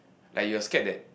like you're scared that